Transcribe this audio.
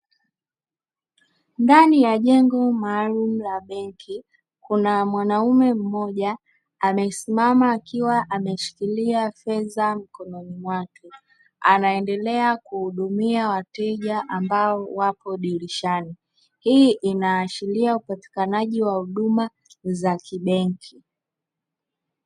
Ndani ya jengo maalumu la benki kuna mwanaume mmoja amesimama akiwa ameshikilia fedha mkononi mwake, anaendelea kuhudumia wateja ambao wapo dirishani. Hii inaashiria upatikanaji wa huduma za kibenki.